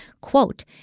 Quote